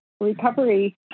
recovery